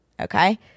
Okay